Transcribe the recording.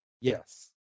yes